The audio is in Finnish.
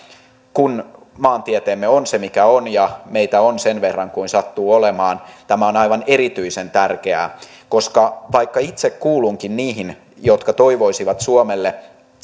kun maantieteemme on se mikä on ja meitä on sen verran kuin sattuu olemaan tämä on aivan erityisen tärkeää koska vaikka itse kuulunkin niihin jotka toivoisivat suomelle